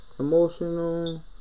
Emotional